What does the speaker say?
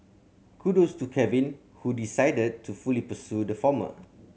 kudos to Kevin who decided to fully pursue the former